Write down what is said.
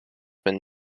been